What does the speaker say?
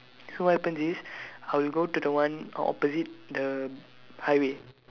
so what happen is I will go to the one uh opposite the highway